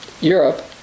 Europe